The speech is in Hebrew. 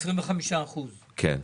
על 25%. כן.